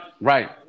right